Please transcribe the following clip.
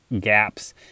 gaps